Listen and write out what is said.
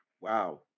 wow